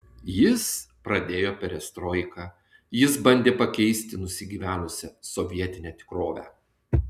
jis pradėjo perestroiką jis bandė pakeisti nusigyvenusią sovietinę tikrovę